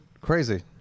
Crazy